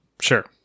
sure